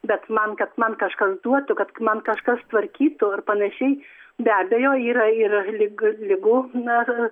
bet man kad man kažkas duotų kad man kažkas tvarkytų ir panašiai be abejo yra yra lig ligų